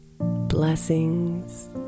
Blessings